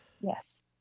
Yes